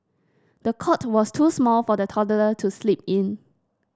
the cot was too small for the toddler to sleep in